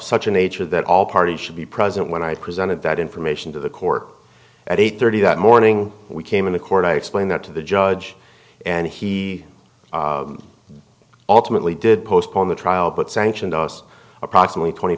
such a nature that all parties should be present when i presented that information to the corps at eight thirty that morning we came into court to explain that to the judge and he ultimately did postpone the trial but sanctioned us approximately twenty